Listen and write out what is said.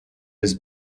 has